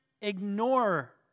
ignore